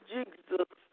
Jesus